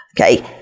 Okay